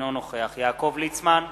אינו נוכח יעקב ליצמן,